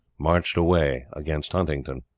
marched away against huntingdon.